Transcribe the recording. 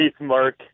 mark